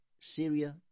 Syria